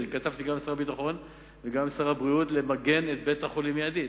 אני כתבתי גם לשר הביטחון וגם לשר הבריאות למגן את בית-החולים מיידית.